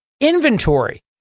inventory